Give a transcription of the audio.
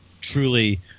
truly